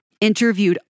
interviewed